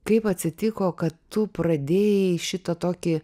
kaip atsitiko kad tu pradėjai šitą tokį